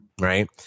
right